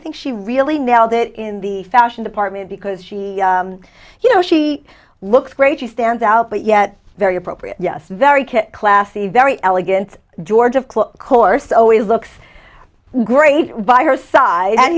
think she really nailed it in the fashion department because she you know she looks great she stands out but yet very appropriate yes very classy very elegant george of course always looks great by her side and